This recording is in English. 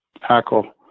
hackle